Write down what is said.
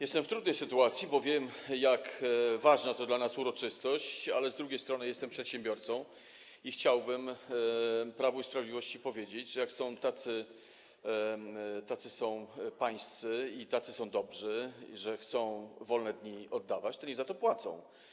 Jestem w trudnej sytuacji, bo wiem, jak ważna to dla nas uroczystość, ale z drugiej strony jestem przedsiębiorcą i chciałbym Prawu i Sprawiedliwości powiedzieć, że jak są tacy pańscy i tacy dobrzy, że chcą oddawać wolne dni, to niech za to płacą.